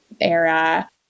era